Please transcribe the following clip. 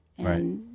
Right